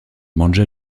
banja